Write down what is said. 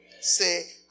Say